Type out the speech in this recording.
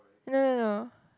no no no